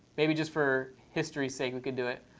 maybe just for history's sake we could do it.